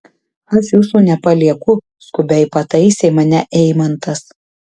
aš jūsų nepalieku skubiai pataisė mane eimantas